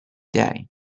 day